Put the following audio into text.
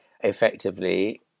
effectively